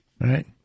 right